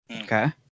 Okay